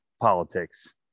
politics